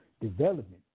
development